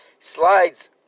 Slides